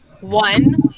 one